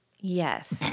Yes